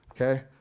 okay